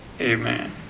amen